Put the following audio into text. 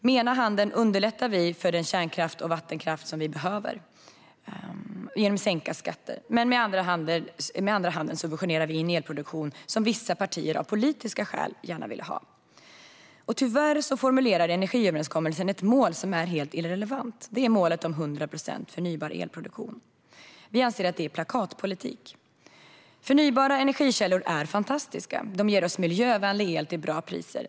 Med ena handen underlättar vi för den kärnkraft och vattenkraft vi behöver genom att sänka skatter. Men med den andra subventionerar vi in elproduktion som vissa partier av politiska skäl gärna vill ha. Tyvärr formuleras i energiöverenskommelsen ett mål som är helt irrelevant: målet om 100 procent förnybar elproduktion. Vi anser att detta är plakatpolitik. Förnybara energikällor är fantastiska. De ger oss miljövänlig el till bra priser.